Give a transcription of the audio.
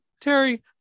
Terry